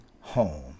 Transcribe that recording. home